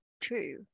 true